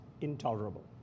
intolerable